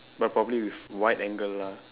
but probably with wide angle lah